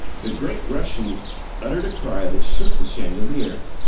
the great russian uttered a cry that shook the chandelier.